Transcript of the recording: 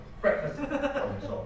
Breakfast